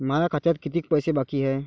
माया खात्यात कितीक पैसे बाकी हाय?